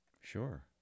Sure